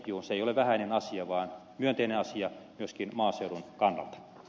se ei ole vähäinen asia vaan myönteinen asia myöskin maaseudun kannalta